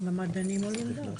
מדענים עולים גם.